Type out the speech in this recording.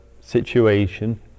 situation